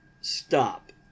stop